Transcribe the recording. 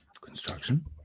Construction